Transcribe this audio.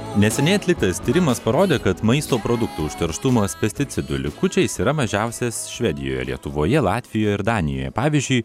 neseniai atliktas tyrimas parodė kad maisto produktų užterštumas pesticidų likučiais yra mažiausias švedijoje lietuvoje latvijoje ir danijoje pavyzdžiui